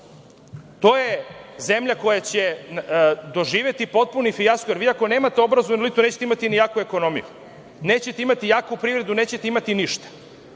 je zemlja koja će doživeti potpuni fijasko, jer vi ako nemate obrazovanu elitu nećete imati jaku ekonomiju, nećete imati jaku privredu, nećete imati ništa,